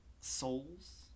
souls